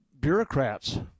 bureaucrats